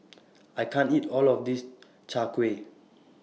I can't eat All of This Chai Kuih